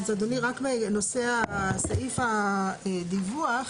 אז, אדוני, רק בנושא סעיף הדיווח